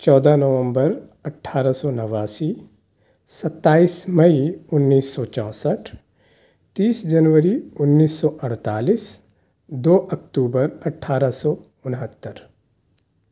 چودہ نومبر اٹھارہ سو نواسی ستائیس مئی انّیس سو چونسٹھ تیس جنوری انّیس سو اڑتالیس دو اکتوبر اٹھارہ سو انہتر